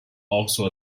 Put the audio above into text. also